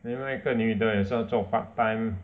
then 另外一个女的也是要做 part time